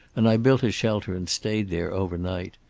and i built a shelter and stayed there overnight.